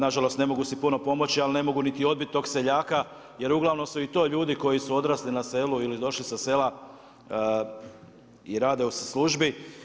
Nažalost ne mogu si puno pomoći, ali ne mogu niti odbiti tog seljaka jer uglavnom su i to ljudi koji su odrasli na selu ili su došli sa sela i rade u službi.